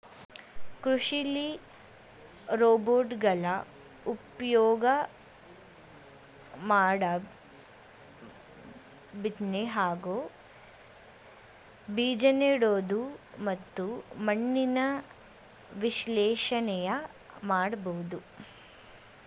ಕೃಷಿಲಿ ರೋಬೋಟ್ಗಳ ಉಪ್ಯೋಗ ಮೋಡ ಬಿತ್ನೆ ಹಾಗೂ ಬೀಜನೆಡೋದು ಮತ್ತು ಮಣ್ಣಿನ ವಿಶ್ಲೇಷಣೆನ ಮಾಡ್ಬೋದು